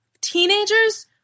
teenagers